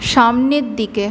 সামনের দিকে